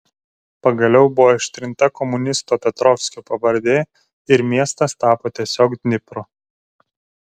pagaliau buvo ištrinta komunisto petrovskio pavardė ir miestas tapo tiesiog dnipru